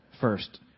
first